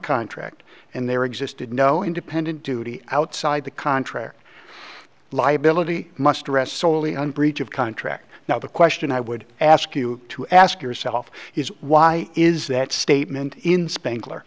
contract and there existed no independent duty outside the contract liability must rest solely on breach of contract now the question i would ask you to ask yourself is why is that statement in spa